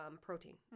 protein